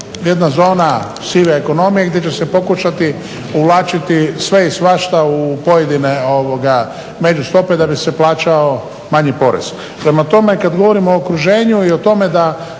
jedna zona sive ekonomije gdje će se pokušati uvlačiti sve i svašta u pojedine međustope da bi se plaćao manji porez. Prema tome kad govorimo o okruženju i o tome da